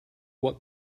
what